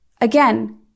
again